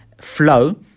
Flow